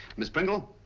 miss pringle?